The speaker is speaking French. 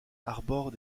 arborent